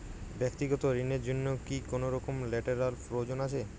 ব্যাক্তিগত ঋণ র জন্য কি কোনরকম লেটেরাল প্রয়োজন আছে?